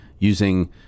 using